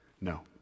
No